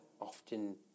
often